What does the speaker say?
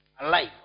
alive